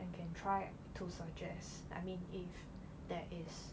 and can try to suggest I mean if there is